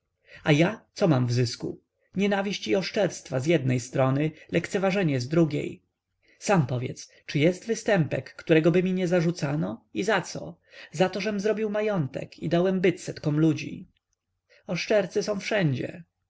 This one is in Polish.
a ja co mam w zysku nienawiść i oszczerstwa z jednej strony lekceważenie z drugiej sam powiedz czy jest występek któregoby mi nie zarzucano i zaco zato żem zrobił majątek i dałem byt setkom ludzi oszczercy są wszędzie